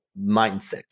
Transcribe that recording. mindset